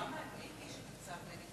אבל הייתי רוצה לראות,